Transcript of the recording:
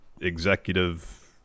executive